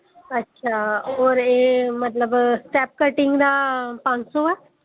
अच्छा होर एह् मतलब स्टैप कटिंग दा पंज सौ ऐ